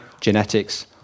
genetics